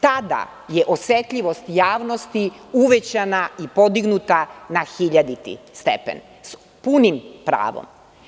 Tada je osetljivost javnosti uvećana i podignuta na hiljaditi stepen, s punim pravom.